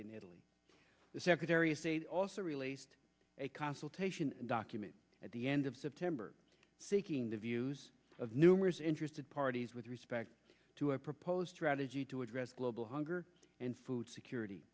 in italy the secretary of state also released a consultation document at the end of september seeking the views of numerous interested parties with respect to a proposed strategy to address global hunger and food security